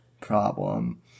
problem